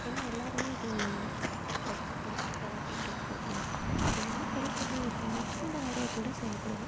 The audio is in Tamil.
ஏன்னால் எல்லாேருமே அது படித்து படித்து பழகிட்டோம் வீட்டில் அதனால் படிக்கிறது அப்படின்றத ரொம்ப ஆர்வத்தோட செயல்படுவோம்